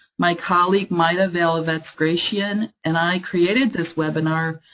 my colleague, majda valjavec-gratian and i created this webinar,